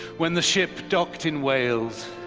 when the ship docked in wales,